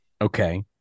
Okay